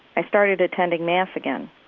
i started attending mass again.